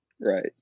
Right